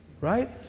right